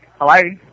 Hello